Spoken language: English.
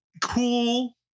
cool